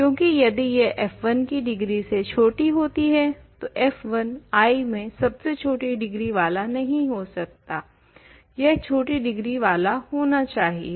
क्यूंकि यदि यह f1 की डिग्री से छोटी होती है तो f1 I में सबसे छोटी डिग्री वाला नहीं हो सकता यह छोड़ी डिग्री वाला होना चाहिए